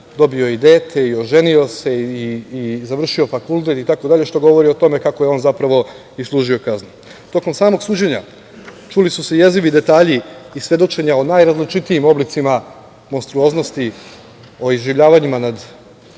dobio i dete i oženio se i završio fakultet itd. što govori o tome kako je on zapravo i služio kaznu. Tokom samog suđenja čuli su se jezivi detalji i svedočenja o najrazličitijim oblicima monstruoznosti i iživljavanjima nad